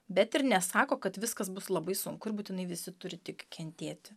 bet ir nesako kad viskas bus labai sunku ir būtinai visi turi tik kentėti